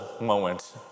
moment